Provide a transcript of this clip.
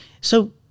So-